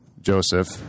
Joseph